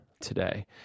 today